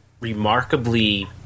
remarkably